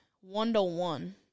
one-to-one